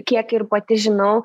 kiek ir pati žinau